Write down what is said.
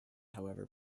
however